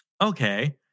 Okay